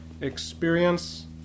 experience